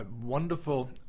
wonderful